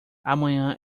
amanhã